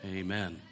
amen